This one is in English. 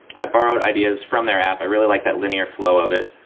i borrowed ideas from their app. i really like that linear flow of it.